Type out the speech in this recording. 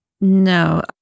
No